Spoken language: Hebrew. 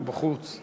בחוץ.